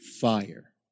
fire